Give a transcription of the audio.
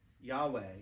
Yahweh